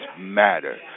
matter